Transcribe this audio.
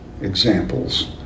examples